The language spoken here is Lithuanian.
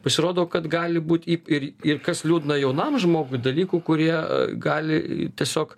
pasirodo kad gali būt i ir ir kas liūdna jaunam žmogui dalykų kurie gali tiesiog